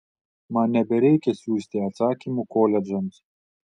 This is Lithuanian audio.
man nebereikia siųsti atsakymų koledžams